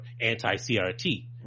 anti-CRT